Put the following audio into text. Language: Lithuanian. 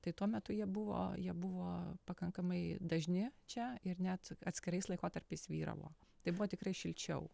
tai tuo metu jie buvo jie buvo pakankamai dažni čia ir net atskirais laikotarpiais vyravo tai buvo tikrai šilčiau